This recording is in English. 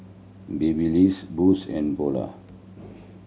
Babyliss Boost and Polar